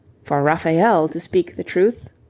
for raphael, to speak the truth,